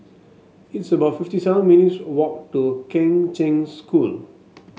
it's about fifty seven minutes' walk to Kheng Cheng School